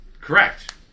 Correct